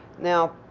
now,